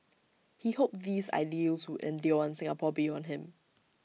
he hoped these ideals would endure in Singapore beyond him